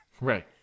Right